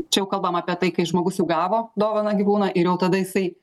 čia jau kalbam apie tai kai žmogus jau gavo dovaną gyvūną ir jau tada jisai